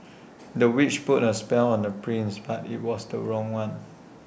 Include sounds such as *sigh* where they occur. *noise* the witch put A spell on the prince but IT was the wrong one *noise*